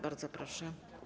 Bardzo proszę.